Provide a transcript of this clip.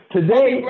Today